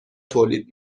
تولید